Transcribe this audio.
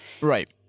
Right